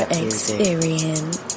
experience